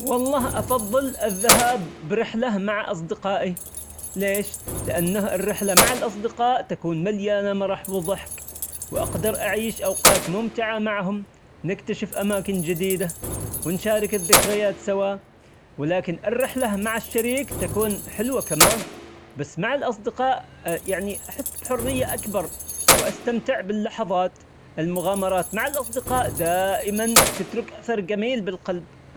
والله أفضل الذهاب برحلة مع أصدقائي، ليش؟ لأنه الرحلة مع الأصدقاء تكون مليانة مرح وضحك، وأقدر أعيش أوقات ممتعة معهم، نكتشف أماكن جديدة ونشارك الذكريات سوا، ولكن الرحلة مع الشريك تكون حلوة كمان بس مع الأصدقاء يعني أحس بحرية أكبر وأستمتع باللحظات المغامرات مع الأصدقاء دائما تترك أثر جميل بالقلب.